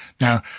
now